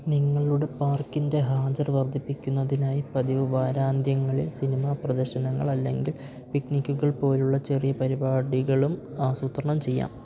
നിങ്ങളുടെ പാർക്കിൻ്റെ ഹാജർ വർദ്ധിപ്പിക്കുന്നതിനായി പതിവ് വാരാന്ത്യങ്ങളിൽ സിനിമാ പ്രദർശനങ്ങളല്ലെങ്കിൽ പിക്നിക്കുകൾ പോലുള്ള ചെറിയ പരിപാടികളും ആസൂത്രണം ചെയ്യാം